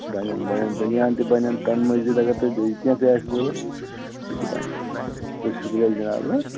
بَنیٚن بَنیٚن بیٚنان تہٕ بَنیٚن تَمہِ مزیٖد اَگر تۅہہِ بیٚیہِ کیٚنٛہہ تہِ آسہِ ضروٗرت سُہ تہِ بَنہِ تہٕ شُکریہ جِناب